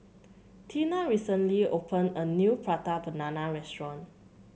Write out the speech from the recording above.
Teena recently opened a new Prata Banana restaurant